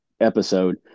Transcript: episode